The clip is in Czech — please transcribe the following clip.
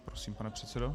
Prosím, pane předsedo.